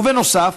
ובנוסף,